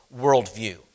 worldview